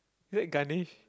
is that Ganesh